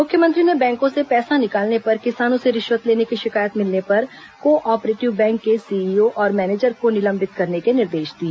मुख्यमंत्री ने बैंकों से पैसा निकालने पर किसानों से रिश्वत लेने की शिकायत मिलने पर को ऑपरेटिव बैंक के सीईओ और मैनेजर को निलंबित करने के निर्देश दिए